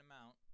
amount